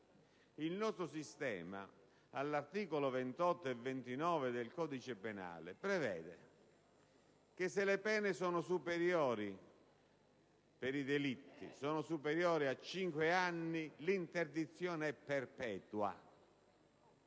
Il nostro sistema, all'articolo 28 e 29 del codice penale, prevede che, se le pene per i delitti sono superiori a cinque anni, l'interdizione è perpetua;